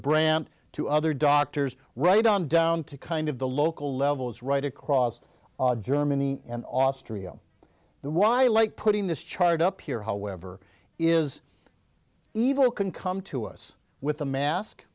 brand to other doctors right on down to kind of the local levels right across germany and austria the why i like putting this chart up here however is evil can come to us with a mask